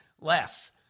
less